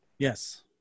Yes